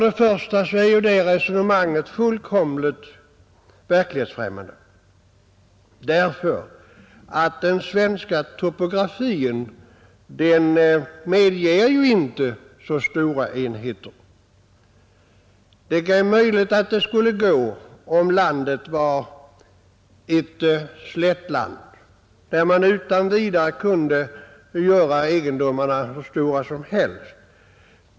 Det resonemanget är fullkomligt verklighetsfrämmande därför att den svenska topografin inte medger så stora enheter. Det är möjligt att det skulle gå om landet var ett slättland, där man utan vidare kunde göra egendomarna hur stora som helst.